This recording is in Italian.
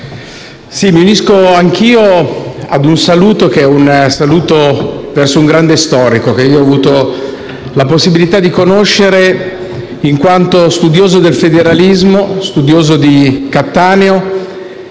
a un saluto che è un saluto verso un grande storico, che io ho avuto la possibilità di conoscere in quanto studioso del federalismo e studioso di Cattaneo.